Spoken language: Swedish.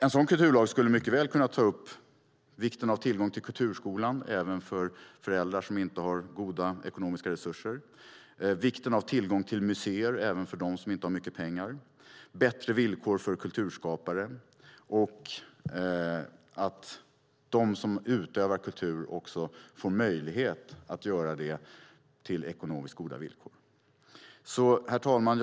En sådan kulturlag skulle mycket väl kunna ta upp vikten av tillgång till kulturskolan även för föräldrar som inte har goda ekonomiska resurser, vikten av tillgång till museer även för dem som inte har mycket pengar, bättre villkor för kulturskapare och att de som utövar kultur får möjlighet att göra det på ekonomiskt goda villkor. Herr talman!